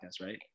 right